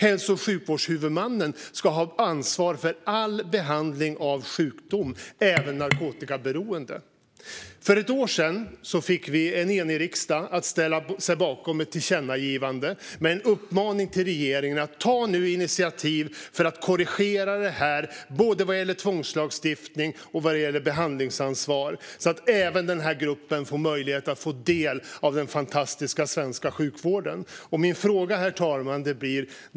Hälso och sjukvårdshuvudmannen ska ha ansvar för all behandling av sjukdom, även narkotikaberoende. För ett år sedan fick vi en enig riksdag att ställa sig bakom ett tillkännagivande med en uppmaning till regeringen att ta initiativ till att korrigera såväl tvångslagstiftning som behandlingsansvar så att även denna grupp får möjlighet att ta del av den fantastiska svenska sjukvården.